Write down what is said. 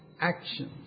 actions